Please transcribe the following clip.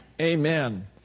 Amen